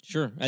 Sure